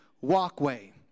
walkway